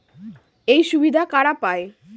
এই সুবিধা কারা পায়?